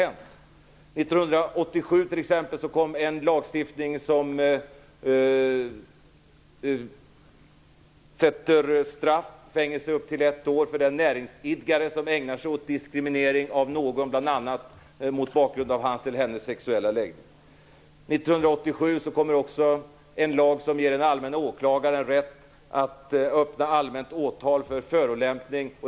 1987 kom t.ex. en lagstiftning som sätter fängelsestraff upp till ett år för den näringsidkare som ägnar sig åt diskriminering av någon, bl.a. mot bakgrund av hans eller hennes sexuella läggning. 1987 kom också en lag som ger en allmän åklagare rätt att öppna allmänt åtal för förolämpning.